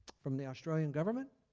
from the australian government